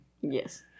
Yes